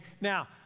Now